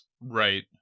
right